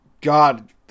God